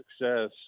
success